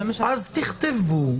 אז תכתבו.